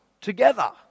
together